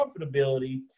profitability